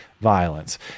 violence